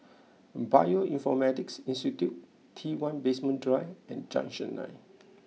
Bioinformatics Institute T one Basement Drive and Junction Nine